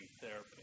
therapy